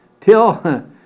Till